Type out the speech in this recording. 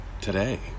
today